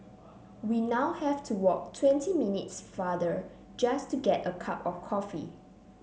we now have to walk twenty minutes farther just to get a cup of coffee